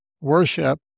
worship